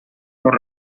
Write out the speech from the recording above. por